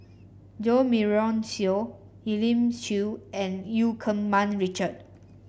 Jo Marion Seow Elim Chew and Eu Keng Mun Richard